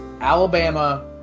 Alabama